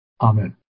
Amen